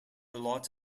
lot